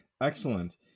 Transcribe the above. excellent